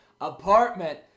Apartment